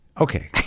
Okay